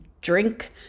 drink